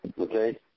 Okay